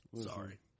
Sorry